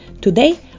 Today